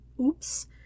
Oops